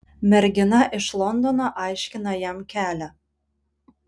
mergina iš londono aiškina jam kelią